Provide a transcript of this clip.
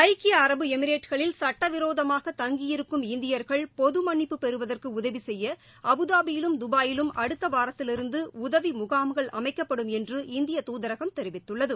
ஐக்கிய அரபு எமிரேட்டுகளில் சுட்ட விரேதமாக தங்கியிருக்கும் இந்தியா்கள் பொதுமன்னிப்பு பெறுவதற்கு உதவி உசெய்ய அபுதாபியிலும் துபாயிலும் அடுத்த வாரத்திலிருந்து உதவி முகாம்கள் அமைக்கப்படும் என்று இந்திய தூதரகம் தெரிவித்துள்ளது